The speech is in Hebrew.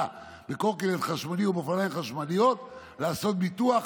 בקורקינט חשמלי או באופניים חשמליים לעשות ביטוח,